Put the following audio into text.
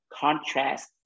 contrast